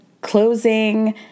closing